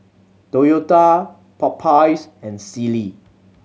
Toyota Popeyes and Sealy